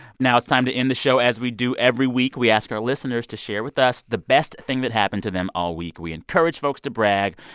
now it's time to end the show as we do every week. we ask our listeners to share with us the best thing that happened to them all week. we encourage folks to brag.